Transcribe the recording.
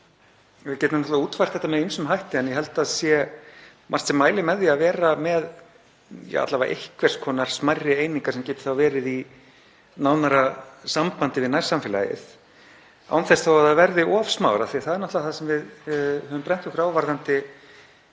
þá getum við náttúrlega útfært þetta með ýmsum hætti en ég held að það sé margt sem mæli með því að vera með alla vega einhvers konar smærri einingar sem geta þá verið í nánara sambandi við nærsamfélagið án þess þó að þær verði of smáar af því að það er náttúrlega það sem við höfum brennt okkur varðandi